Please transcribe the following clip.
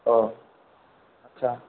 औ आदसा